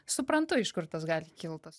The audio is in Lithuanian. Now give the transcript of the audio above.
suprantu iš kur tas gali kilt tas